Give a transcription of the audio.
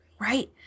Right